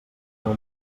deu